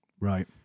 Right